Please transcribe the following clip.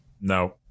no